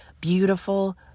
beautiful